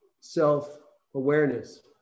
self-awareness